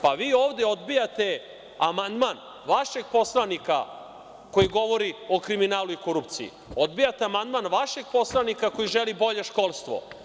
Pa vi ovde odbijate amandman vašeg poslanika koji govori o kriminalu i korupciji, odbijate amandman vašeg poslanika koji želi bolje školstvo.